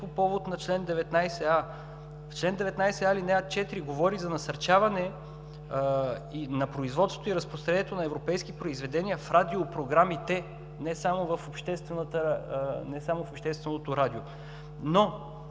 повод на чл. 19а. В чл. 19а ал. 4 говори за насърчаване и на производството и разпространението на европейски произведения в радиопрограмите, не само в общественото радио. Смея